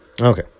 Okay